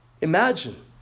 Imagine